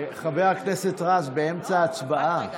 חבר הכנסת רז, באמצע ההצבעה.